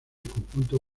conjunto